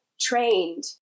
trained